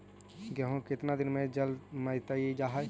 गेहूं केतना दिन में जलमतइ जा है?